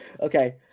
Okay